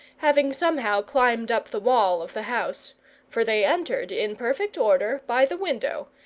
having somehow climbed up the wall of the house for they entered in perfect order by the window,